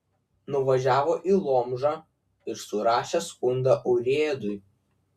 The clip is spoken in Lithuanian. nuvažiavo į lomžą ir surašė skundą urėdui